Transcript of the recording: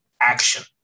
action